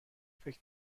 فکر